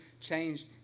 changed